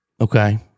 okay